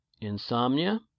insomnia